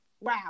wow